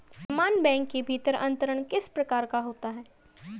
समान बैंक के भीतर अंतरण किस प्रकार का होता है?